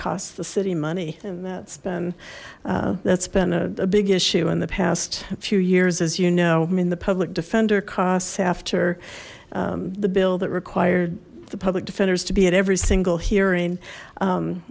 cost the city money and that's been that's been a big issue in the past few years as you know i mean the public defender costs after the bill that required the public defenders to be at every single hearing